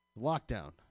Lockdown